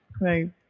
right